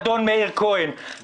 אדון מאיר כהן,